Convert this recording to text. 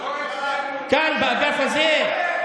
כאן, באגף הזה.